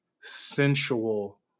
sensual